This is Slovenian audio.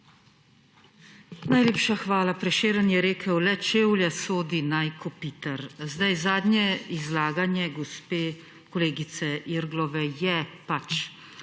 Najlepša hvala. Prešeren je rekel, da le čevlje sodi naj kopitar. Zdaj zadnje izlaganje gospe kolegice Irglove je pač